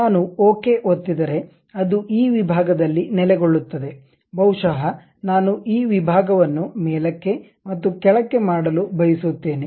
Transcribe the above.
ನಾನು ಓಕೆ ಒತ್ತಿದರೆ ಅದು ಈ ವಿಭಾಗದಲ್ಲಿ ನೆಲೆಗೊಳ್ಳುತ್ತದೆ ಬಹುಶಃ ನಾನು ಈ ವಿಭಾಗವನ್ನು ಮೇಲಕ್ಕೆ ಮತ್ತು ಕೆಳಕ್ಕೆ ಮಾಡಲು ಬಯಸುತ್ತೇನೆ